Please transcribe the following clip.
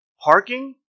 parking